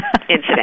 incident